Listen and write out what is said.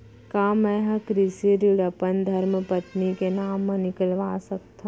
का मैं ह कृषि ऋण अपन धर्मपत्नी के नाम मा निकलवा सकथो?